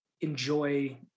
enjoy